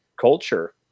culture